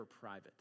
private